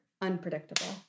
unpredictable